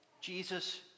Jesus